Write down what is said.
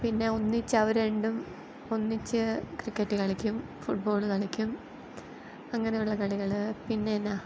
പിന്നെ ഒന്നിച്ചവർ രണ്ടും ഒന്നിച്ച് ക്രിക്കറ്റ് കളിക്കും ഫുട്ബോൾ കളിക്കും അങ്ങനെയുള്ള കളികൾ പിന്നെ എന്നാണ്